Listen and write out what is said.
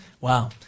Wow